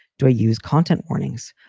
do i use content warnings?